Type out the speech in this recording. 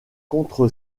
contre